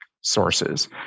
sources